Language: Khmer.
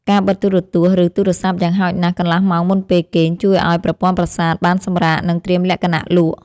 ការបិទទូរទស្សន៍ឬទូរស័ព្ទយ៉ាងហោចណាស់កន្លះម៉ោងមុនពេលគេងជួយឱ្យប្រព័ន្ធប្រសាទបានសម្រាកនិងត្រៀមលក្ខណៈលក់។